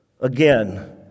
again